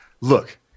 Look